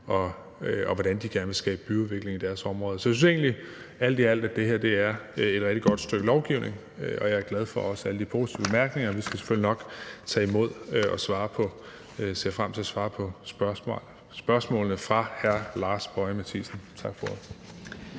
og nemmere kan skabe byudvikling i deres område. Så alt i alt synes jeg egentlig, at det her er et rigtig godt stykke lovgivning, og jeg er også glad for alle de positive bemærkninger. Vi skal selvfølgelig nok tage imod og svare på spørgsmål, og vi ser frem til at svare